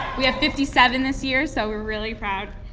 we have fifty seven this year, so we're really proud.